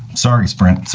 sorry sprint.